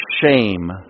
shame